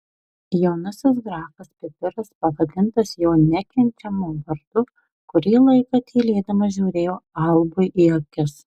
jaunasis grafas pipiras pavadintas jo nekenčiamu vardu kurį laiką tylėdamas žiūrėjo albui į akis